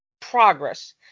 progress